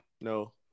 No